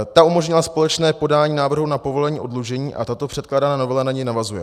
Ta umožnila společné podání návrhu na povolení oddlužení a tato předkládaná novela na ni navazuje.